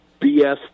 BS